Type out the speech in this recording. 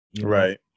Right